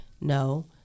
No